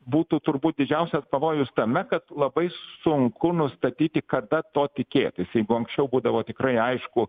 būtų turbūt didžiausias pavojus tame kad labai sunku nustatyti kada to tikėtis jeigu anksčiau būdavo tikrai aišku